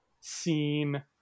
seen